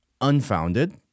unfounded